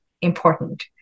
important